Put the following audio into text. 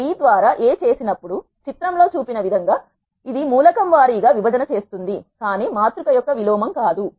మీరు B ద్వారా A చేసినప్పుడు చిత్రం లో చూపిన ఈ విధంగా ఇది మూలకం వారీగా విభజన చేస్తుంది కానీ మాతృక యొక్క విలోమం కాదు